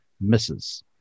misses